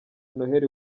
noheli